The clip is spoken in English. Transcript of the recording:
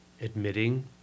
admitting